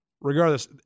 Regardless